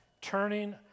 turning